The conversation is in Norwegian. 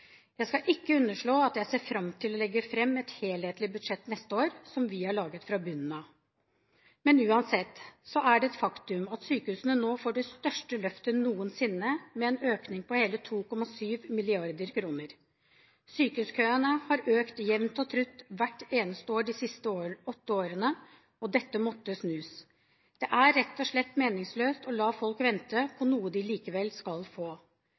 Jeg skal ikke underslå at jeg ser fram til å legge fram et helhetlig budsjett neste år, som vi har laget fra bunnen av. Men uansett er det et faktum at sykehusene nå får det største løftet noensinne, med en økning på hele 2,7 mrd. kr. Sykehuskøen har økt jevnt og trutt hvert eneste år de siste åtte årene, og dette måtte snus. Det er rett og slett meningsløst å la folk vente på noe de likevel skal få.